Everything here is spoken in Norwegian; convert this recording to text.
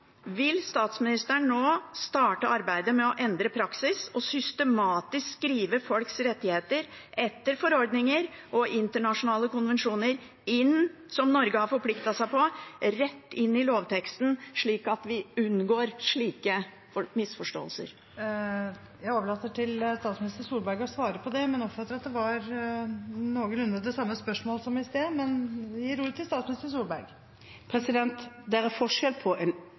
Vil statsministeren nå starte arbeidet med å endre praksis og systematisk skrive folks rettigheter etter forordninger og internasjonale konvensjoner som Norge har forpliktet seg til, rett inn i lovteksten, slik at vi unngår slike misforståelser? Presidenten overlater til statsminister Solberg å svare på det, men oppfatter at det var noenlunde det samme spørsmål som i sted. Men jeg gir ordet til statsminister Solberg. Det er forskjell på en